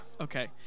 Okay